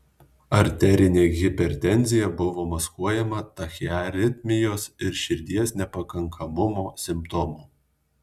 arterinė hipertenzija buvo maskuojama tachiaritmijos ir širdies nepakankamumo simptomų